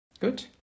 Good